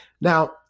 Now